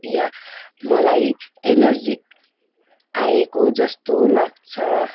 या मलाई एनर्जी आएको जस्तो लाग्छ